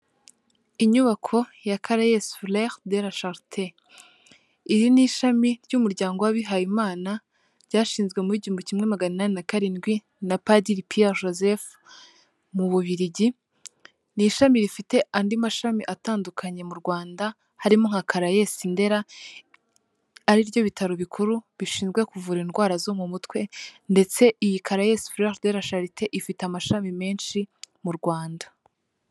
Inyubako ya karayesi furere dla sharite iri ni ishami ry'umuryango w'abihayimana ryashinzwe muw'igihumbi kimwe magana inani na karindwi na padiri Piere Joseph mu Bubiligi, ni ishami rifite andi mashami atandukanye mu Rwanda harimo nka karayesi Ndera ariryo bitaro bikuru bishinzwe kuvura indwara zo mu mutwe ndetse iyi karayesi furere dela sharitet ifite amashami menshi mu Rwanda.